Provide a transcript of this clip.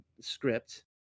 script